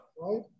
right